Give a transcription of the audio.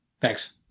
Thanks